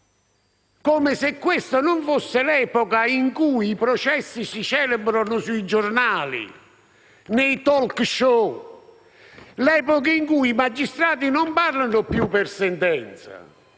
come se questa non fosse l'epoca in cui i processi si celebrano sui giornali, nei *talk show*; l'epoca in cui i magistrati non parlano più per sentenze,